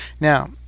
Now